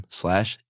slash